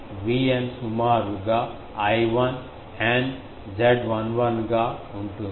Vn సుమారు గా I1 N Z11 గా ఉంటుంది